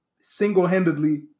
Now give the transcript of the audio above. single-handedly